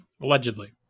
allegedly